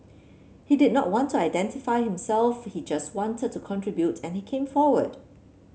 he did not want to identify himself he just wanted to contribute and he came forward